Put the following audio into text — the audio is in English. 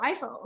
iPhone